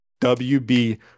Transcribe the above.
WB